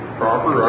proper